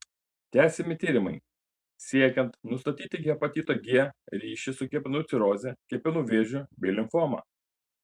tęsiami tyrimai siekiant nustatyti hepatito g ryšį su kepenų ciroze kepenų vėžiu bei limfoma